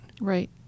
Right